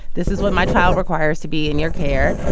this is what my child requires to be in your care.